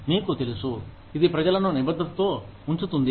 మీకు తెలుసు ఇది ప్రజలను నిబద్ధతతో ఉంచుతుంది